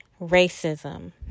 racism